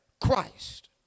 Christ